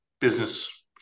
business